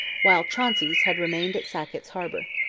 while chauncey's had remained at sackett's harbour.